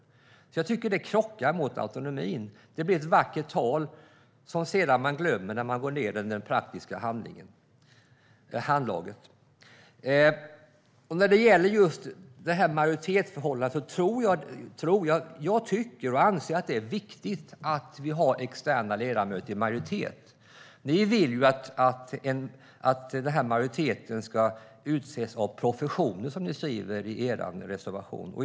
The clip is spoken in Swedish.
Jag tycker att det här krockar med autonomin. Det blir ett vackert tal som man sedan glömmer när det är fråga om praktiskt handlag. När det gäller majoritetsförhållandena anser jag att det är viktigt att vi har externa ledamöter i majoritet. Ni vill att majoriteten ska utses av professionen, som ni skriver i er reservation.